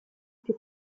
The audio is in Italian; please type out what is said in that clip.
più